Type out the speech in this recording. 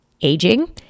aging